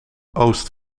oost